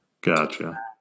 Gotcha